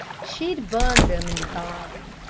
she'd burn them in the garden.